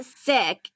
sick